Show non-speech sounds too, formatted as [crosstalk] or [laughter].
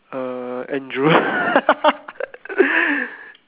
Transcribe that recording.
uh Andrew [laughs]